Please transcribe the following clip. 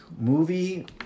movie